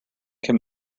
can